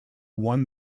won